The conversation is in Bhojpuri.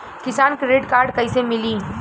किसान क्रेडिट कार्ड कइसे मिली?